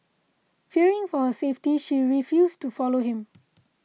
fearing for her safety she refused to follow him